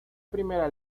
primera